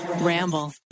Ramble